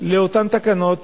לאותן תקנות